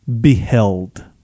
beheld